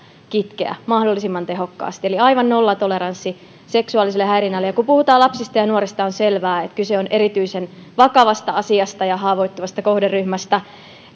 kitkeä mahdollisimman tehokkaasti eli aivan nollatoleranssi seksuaaliselle häirinnälle ja kun puhutaan lapsista ja nuorista on selvää että kyse on erityisen vakavasta asiasta ja haavoittuvasta kohderyhmästä